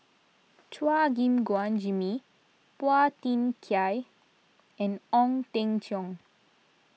Chua Gim Guan Jimmy Phua Thin Kiay and Ong Teng Cheong